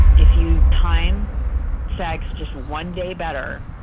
if you time sex just one day better,